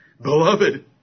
Beloved